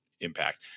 impact